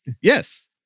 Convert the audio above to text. Yes